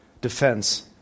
defense